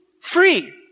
free